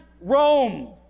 Rome